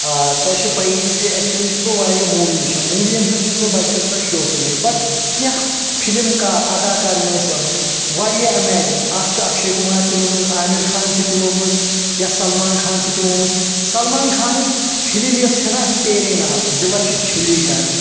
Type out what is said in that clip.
آ تۄہہ چھو پیی زِ ایٚکچولی چھس بہٕ واریاہ موی وٕچھان موٗوِین ہُنٛد چھُس بہٕ بچپَن پٮ۪ٹھ شوقیٖنے بَٹ کیٚنٛہہ فلم کار اَدا کار یِمن أسۍ وَنو واریاہ ایٚمیزنٛگ اکھ چُھ اکشے کمار تِمن منٛز عامر خان چھِ تِمو منٛز یا سلمان خان چھ تِمن منٛز سلمان خاننۍ فِلم یۄس چھےٚ نَہ تیرے نام دِلس چھِ چھٔلی کران